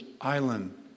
island